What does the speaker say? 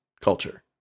culture